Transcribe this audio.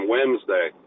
Wednesday